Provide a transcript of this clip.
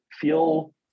feel